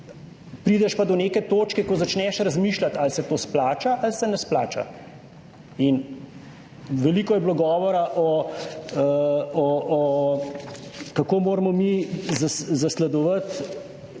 prideš pa do neke točke, ko začneš razmišljati ali se to splača ali se ne splača. In veliko je bilo govora o, kako moramo mi zasledovati